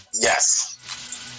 yes